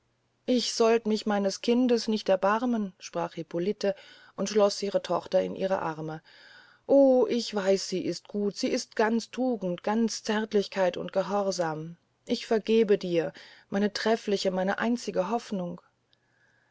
ich solte mich meines kindes nicht erbarmen sprach hippolite und schloß ihre tochter in ihre arme o ich weiß sie ist gut sie ist ganz tugend ganz zärtlichkeit und gehorsam ich vergebe dir meine trefliche meine einzige hofnung